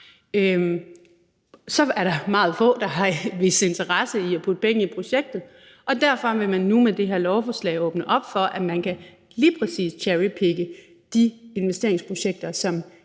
Så er der meget få, der har vist interesse i at putte penge i projektet, og derfor vil man nu med det her lovforslag åbne op for, at man lige præcis kan cherrypicke de investeringsprojekter,